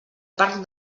parc